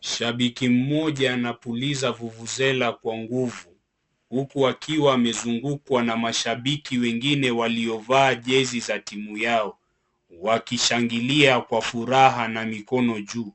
Shabiki mmoja anapuliza vuvuzela kwa nguvu huku akiwa amezungukwa na mashabiki wengine waliovaa jezi za timu yao wakishangilia kwa furaha na mikono juu.